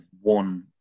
one